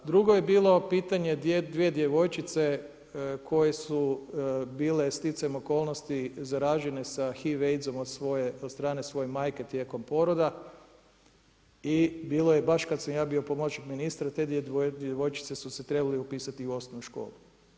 Drugo je bilo pitanje dvije djevojčice koje su bile sticajem okolnosti zaražene sa HIV Aidsom od strane svoje majke tijekom poroda i bilo je baš kad sam ja bio pomoćnik ministra, te dvije djevojčice su se trebale upisati u osnovnu školu.